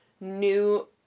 new